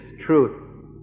truth